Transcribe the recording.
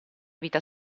vita